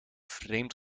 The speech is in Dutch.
vreemd